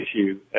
issue